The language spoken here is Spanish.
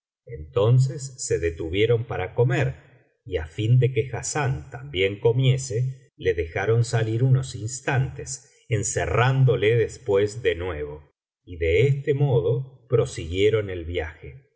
entonces se detuvieron para comer y á fin de que hassán también comiese le dejaron salir unos instantes encerrándole después de nuevo y de este modo prosiguieron el viaje de